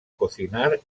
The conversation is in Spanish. cocinar